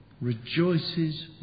rejoices